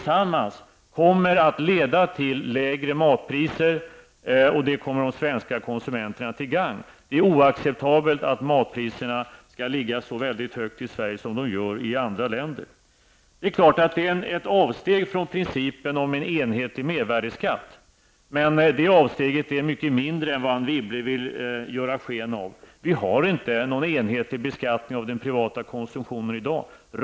Sammantaget kommer detta att leda till lägre matpriser, och det kommer de svenska konsumenterna till gagn. Det är oacceptabelt att matpriserna skall vara så höga i Sverige jämfört med andra länder. Det är förvisso ett avsteg från principen om en enhetlig mervärdeskatt. Det avsteget är dock mycket mindre än vad Anne Wibble vill göra sken av. Vi har ingen enhetlig beskattning av den privata konsumtionen i dag.